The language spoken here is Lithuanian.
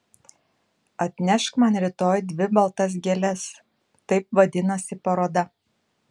atnešk man rytoj dvi baltas gėles taip vadinasi paroda